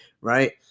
right